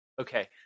Okay